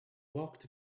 walked